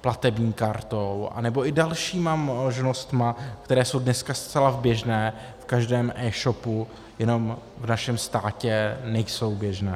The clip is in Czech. platební kartou anebo i dalšími možnostmi, které jsou dneska zcela běžné v každém eshopu, jenom v našem státě nejsou běžné.